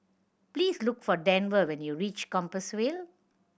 please look for Denver when you reach Compassvale